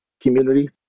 community